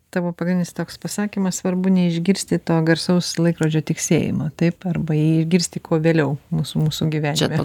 tavo pagrindinis toks pasakymas svarbu neišgirsti to garsaus laikrodžio tiksėjimo taip arba jį išgirsti kuo vėliau mūsų mūsų gyvenime